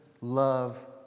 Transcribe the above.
love